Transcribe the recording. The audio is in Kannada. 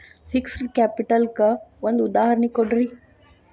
ಫಿಕ್ಸ್ಡ್ ಕ್ಯಾಪಿಟಲ್ ಕ್ಕ ಒಂದ್ ಉದಾಹರ್ಣಿ ಕೊಡ್ರಿ